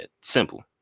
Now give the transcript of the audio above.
simple